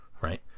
right